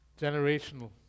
Generational